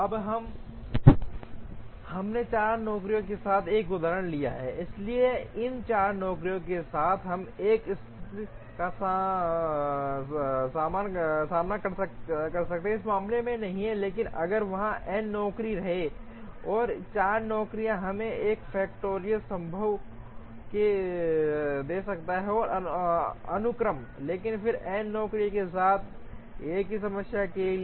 अब हमने 4 नौकरियों के साथ एक उदाहरण लिया है इसलिए इन 4 नौकरियों के साथ हम एक स्थिति का सामना कर सकते हैं इस मामले में नहीं लेकिन अगर वहाँ n नौकरियों रहे हैं इन 4 नौकरियों हमें 4 factorial संभव दे सकता है अनुक्रम लेकिन फिर n नौकरियों के साथ एक और समस्या के लिए